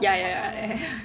ya ya